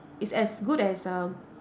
it's as good as uh